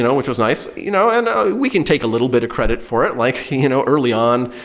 you know which was nice. you know and ah we can take a little bit of credit for it like you know early on,